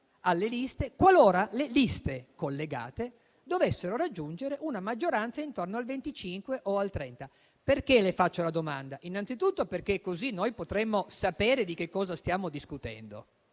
alle liste, qualora le liste collegate dovessero raggiungere una maggioranza intorno al 25 o al 30 per cento. Perché le rivolgo questa domanda? Innanzitutto perché così noi potremmo sapere di che cosa stiamo discutendo